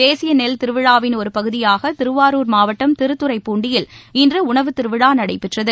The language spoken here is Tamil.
தேசிய நெல் திருவிழாவின் ஒரு பகுதியாக திருவாரூர் மாவட்டம் திருத்துறைப்பூண்டியில் இன்று உணவு திருவிழா நடைபெற்றது